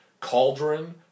cauldron